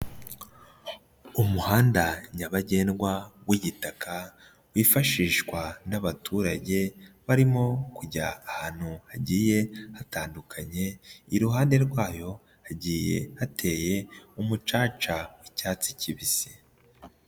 Umuhanda nyabagendwa w'igitaka wifashishwa n'abaturage barimo kujya ahantu hagiye hatandukanye, iruhande rwayo hagiye hateye umucaca w'icyatsi kibisi.